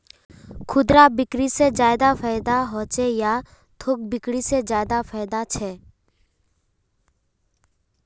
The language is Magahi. खुदरा बिक्री से ज्यादा फायदा होचे या थोक बिक्री से ज्यादा फायदा छे?